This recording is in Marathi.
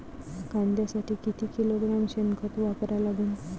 कांद्यासाठी किती किलोग्रॅम शेनखत वापरा लागन?